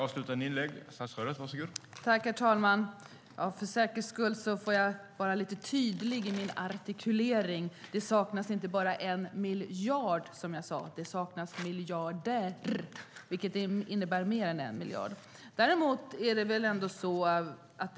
Herr talman! För säkerhets skull får jag vara lite tydlig i min artikulering. Det saknas inte bara 1 miljard, som jag sade, utan det saknas miljarder , vilket innebär mer än 1 miljard.